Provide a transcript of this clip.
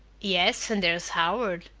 yes, and there's howard.